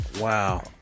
Wow